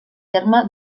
terme